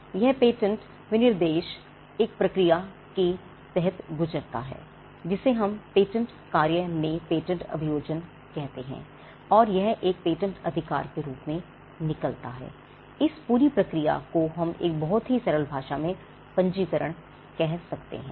और यह पेटेंट विनिर्देश एक प्रक्रिया के तहत गुजरता है जिसे हम पेटेंट कार्य में पेटेंट अभियोजन कहते हैं और यह एक पेटेंट अधिकार के रूप में निकलता है इस पूरी प्रक्रिया को एक बहुत ही सरल भाषा में हम पंजीकरण कह सकते हैं